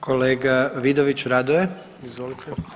Kolega Vidović Radoje, izvolite.